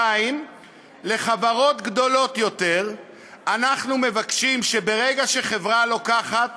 2. לחברות גדולות יותר אנחנו מבקשים שברגע שחברה לוקחת